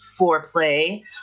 Foreplay